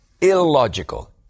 illogical